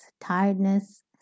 tiredness